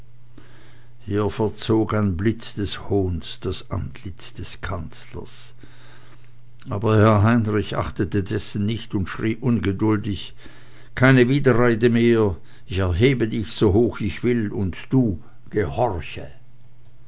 ein blitz des hohns das antlitz des kanzlers aber herr heinrich achtete dessen nicht und schrie ungeduldig keine widerrede mehr ich erhebe dich so hoch ich will und du gehorche